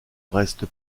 reste